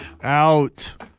Out